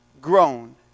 grown